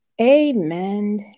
Amen